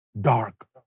dark